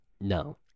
No